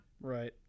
Right